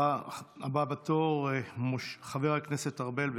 הבא בתור, חבר הכנסת ארבל.